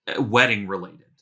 wedding-related